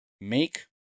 Make